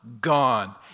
gone